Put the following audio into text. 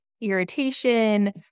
irritation